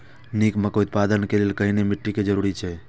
निक मकई उत्पादन के लेल केहेन मिट्टी के जरूरी छे?